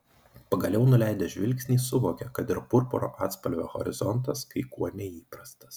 pagaliau nuleidęs žvilgsnį suvokė kad ir purpuro atspalvio horizontas kai kuo neįprastas